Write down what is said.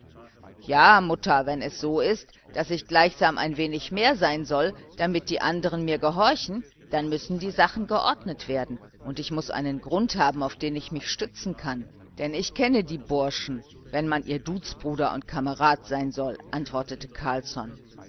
ja mutter wenn es so ist daß ich gleichsam ein wenig mehr sein soll damit die anderen mir gehorchen dann müssen die sachen geordnet werden und ich muß einen grund haben auf den ich mich stützen kann denn ich kenne die burschen wenn man ihr duzbruder und kamerad sein soll antwortete carlsson